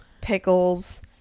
pickles